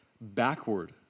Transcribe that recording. backward